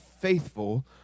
faithful